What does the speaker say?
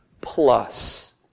plus